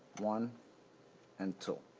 one and two.